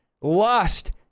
lust